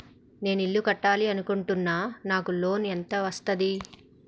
నేను ఇల్లు కట్టాలి అనుకుంటున్నా? నాకు లోన్ ఎంత వస్తది?